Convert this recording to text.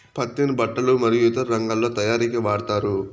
పత్తిని బట్టలు మరియు ఇతర రంగాలలో తయారీకి వాడతారు